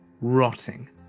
rotting